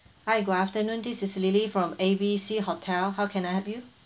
hi good afternoon this is lilly from A B C hotel how can I help you